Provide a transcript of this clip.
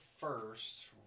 first